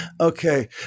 okay